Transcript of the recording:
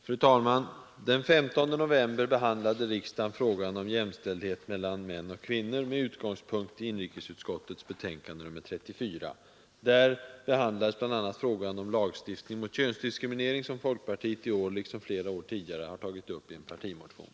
Fru talman! Den 15 november i år behandlade riksdagen frågan om jämställdhet mellan män och kvinnor med utgångspunkt i inrikesutskottets betänkande nr 34. Där behandlades bl.a. frågan om lagstiftning mot könsdiskriminering, som folkpartiet i år liksom flera år tidigare har tagit upp i en partimotion.